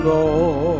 Lord